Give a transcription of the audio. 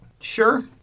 Sure